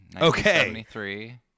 Okay